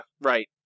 right